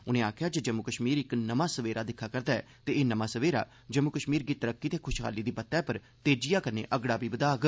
उन्ने आखेआ ऐ जे जम्मू कश्मीर इक नमां सवेरा दिक्खा करदा ऐ ते एह् नमां सवेरा जम्मू कश्मीर गी तरक्की ते ख् शहाली दी बत्तै पर तेजिआ कन्नै अगड़ा बी बधाग